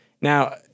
Now